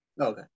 Okay